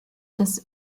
des